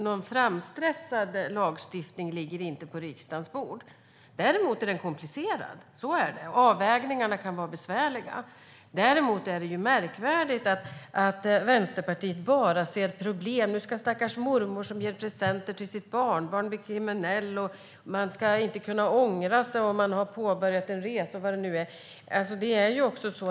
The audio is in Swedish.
Någon framstressad lagstiftning ligger inte på riksdagens bord. Däremot är den komplicerad, och avvägningarna kan vara besvärliga. Det är märkvärdigt att Vänsterpartiet bara ser problem. Nu ska stackars mormor som ger presenter till sitt barnbarn bli kriminell. Man ska inte kunna ångra sig om man har påbörjat en resa och allt vad det nu var.